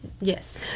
Yes